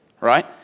right